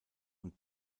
und